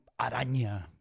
araña